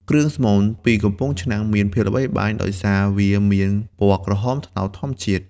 គ្រឿងស្មូនពីកំពង់ឆ្នាំងមានភាពល្បីល្បាញដោយសារវាមាន ពណ៌ក្រហមត្នោត ធម្មជាតិ។